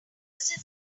easier